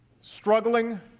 struggling